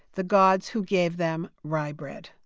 the gods who gave them rye bread.